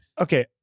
okay